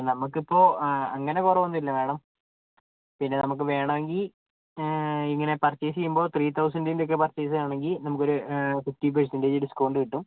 നമുക്കിപ്പോൾ ആ അങ്ങനെ കൊറവൊന്നും ഇല്ല മേഡം പിന്നെ നമുക്ക് വേണമെങ്കിൽ ഇങ്ങനെ പർച്ചേസ് ചെയ്യുമ്പോൾ ത്രീ തൗസൻഡിൻ്റെ ഒക്കെ പർച്ചേസാണെങ്കിൽ നമുക്ക് ഒരു ഫിഫ്റ്റി പേഴ്സെൻറ്റേജ് ഡിസ്കൗണ്ട് കിട്ടും